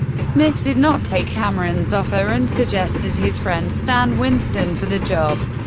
smith did not take cameron's offer and suggested his friend stan winston for the job.